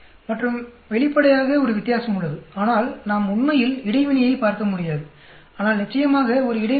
மற்றும் வெளிப்படையாக ஒரு வித்தியாசம் உள்ளது ஆனால் நாம் உண்மையில் இடைவினையைப் பார்க்க முடியாது ஆனால் நிச்சயமாக ஒரு இடைவினை உள்ளது